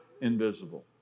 invisible